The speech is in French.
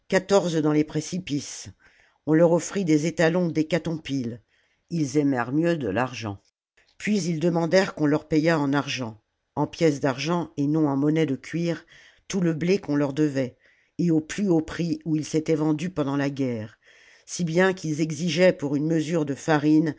dans les précipices on leur offrit des étalons d'hécatompyle ils aimèrent mieux de l'argent puis ils demandèrent qu'on leur payât en argent en pièces d'argent et non en monnaie de cuir tout le blé qu'on leur devait et au plus haut prix où il s'était vendu pendant la guerre si bien qu'ils exigeaient pour une mesure de farine